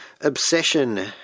obsession